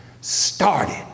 started